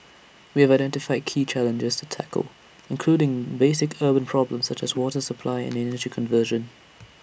we have identified key challenges to tackle including basic urban problems such as water supply and energy conservation